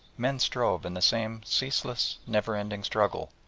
men strove in the same ceaseless, never-ending struggle.